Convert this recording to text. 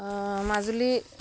Majuli